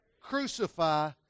crucify